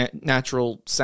natural